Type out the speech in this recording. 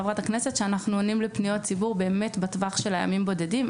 חברת הכנסת שאנחנו עונים לפניות ציבור באמת בטווח של ימים בודדים,